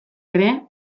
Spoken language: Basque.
ere